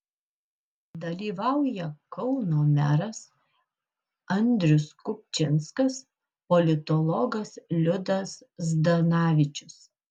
dalyvauja kauno meras andrius kupčinskas politologas liudas zdanavičius